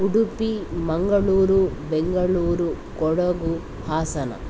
Udupi Mangaluru Bengaluru Kodagu Hassan